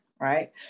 right